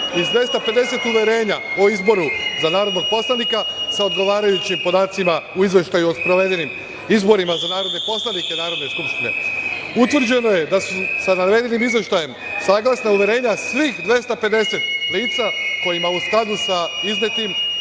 iz 250 uverenja o izboru za narodnog poslanika sa odgovarajućim podacima u Izveštaju o sprovedenim izborima za narodne poslanike Narodne skupštine. Utvrđeno je da su sa navedenim izveštajem saglasna uverenja svih 250 lica kojima, u skladu sa iznetim,